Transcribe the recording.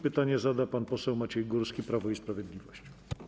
Pytanie zada pan poseł Maciej Górski, Prawo i Sprawiedliwość.